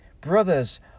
brothers